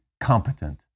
competent